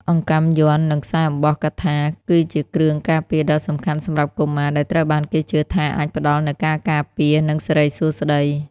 អង្កាំយ័ន្ត និង ខ្សែអំបោះកថា គឺជាគ្រឿងការពារដ៏សំខាន់សម្រាប់កុមារ ដែលត្រូវបានគេជឿថាអាចផ្តល់នូវការការពារ និងសិរីសួស្តី។